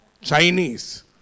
Chinese